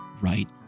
right